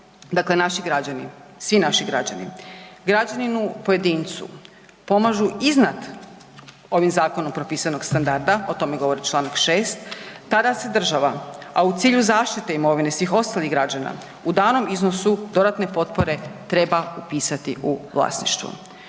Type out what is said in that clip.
dakle naši građani svi naši građani, građaninu pojedincu pomažu iznad ovim zakonom propisanog standarda, o tome govori čl. 6. tada se država, a u cilju zaštite imovine svih ostalih građana u danom iznosu dodatne potpore treba upisati u vlasništvo.